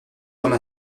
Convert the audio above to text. comme